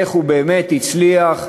איך הוא באמת הצליח,